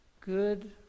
good